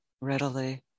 readily